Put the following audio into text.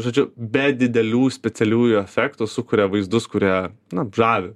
žodžiu be didelių specialiųjų efektų sukuria vaizdus kurie nu žavi